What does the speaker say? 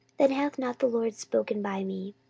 then hath not the lord spoken by me.